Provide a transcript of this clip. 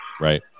right